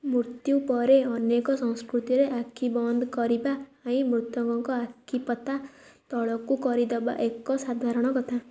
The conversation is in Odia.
ମୃତ୍ୟୁ ପରେ ଅନେକ ସଂସ୍କୃତିରେ ଆଖି ବନ୍ଦ କରିବା ପାଇଁ ମୃତକଙ୍କ ଆଖିପତା ତଳକୁ କରିଦେବା ଏକ ସାଧାରଣ କଥା